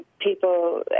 people